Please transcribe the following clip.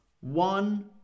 One